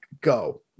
go